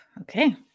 Okay